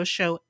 Show